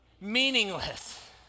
Meaningless